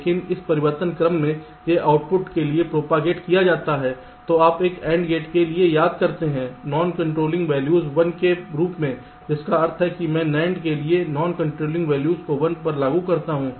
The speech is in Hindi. लेकिन इस परिवर्तन क्रम में यह आउटपुट के लिए प्रोपागेट किया जाता है तो आप एक AND गेट के लिए याद करते हैं नॉन कंट्रोलिंग वैल्यूज 1 के रूप में जिसका अर्थ है कि मैं NAND के लिए नॉन कंट्रोलिंग वैल्यूज को 1 पर लागू करता हूं